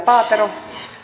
rouva